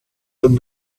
and